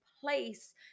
place